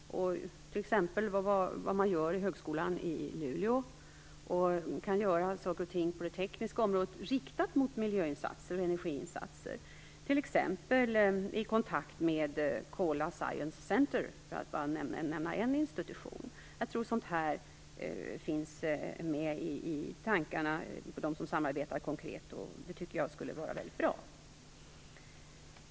Ett exempel är Högskolan i Luleå. Där kan man göra saker och ting på det tekniska området riktat mot miljö och energiinsatser, t.ex. i kontakt med Kola Science Center, för att bara nämna en institution. Jag tror att sådana idéer finns med i tankarna hos dem som samarbetar konkret. Det skulle vara väldigt bra.